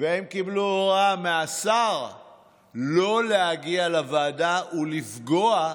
והם קיבלו הוראה מהשר לא להגיע לוועדה ולפגוע בכנסת.